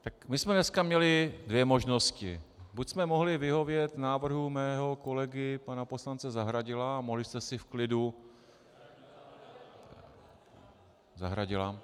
Tak my jsme dneska měli dvě možnosti buď jsme mohli vyhovět návrhu mého kolegy poslance Zahradila a mohli jste si v klidu Zahradila?